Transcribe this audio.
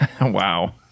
Wow